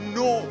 no